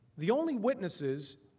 the only witnesses,